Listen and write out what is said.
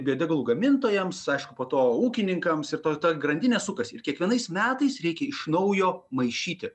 biodegalų gamintojams aišku po to ūkininkams ir ta grandinė sukasi ir kiekvienais metais reikia iš naujo maišyti